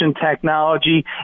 technology